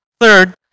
Third